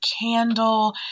candle